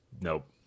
nope